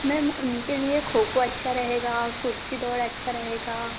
ma'am उनके लिए खो खो अच्छा रहेगा कुर्सी दौड़ अच्छा रहेगा